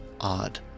odd